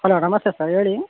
hello ನಮಸ್ತೆ sir ಹೇಳಿ